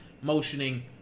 motioning